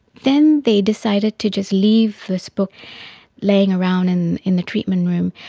then they decided to just leave this book lying around in in the treatment room.